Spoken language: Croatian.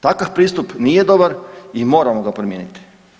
Takav pristup nije dobar i moramo ga promijeniti.